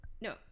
No